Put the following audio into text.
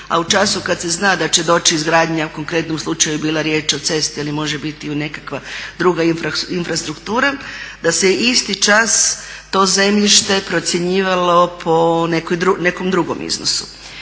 a u času kada se zna da će doći izgradnja u konkretnom slučaju je bila riječ o cesti ili može biti nekakva druga infrastruktura da se isti čas to zemljište procjenjivalo po nekom drugom iznosu.